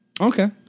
okay